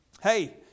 hey